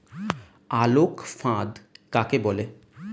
আলোক ফাঁদ কাকে বলে?